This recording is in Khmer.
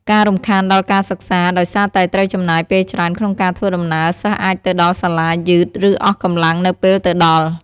ការរំខានដល់ការសិក្សា ដោយសារតែត្រូវចំណាយពេលច្រើនក្នុងការធ្វើដំណើរ សិស្សអាចទៅដល់សាលាយឺត ឬអស់កម្លាំងនៅពេលទៅដល់។